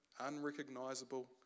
unrecognizable